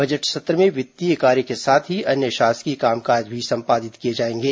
budget सत्र में वित्तीय कार्य के साथ ही अन्य शासकीय कामकाज भी संपादित किए जाएंगे